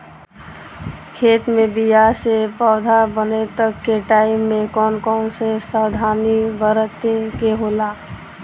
खेत मे बीया से पौधा बने तक के टाइम मे कौन कौन सावधानी बरते के होला?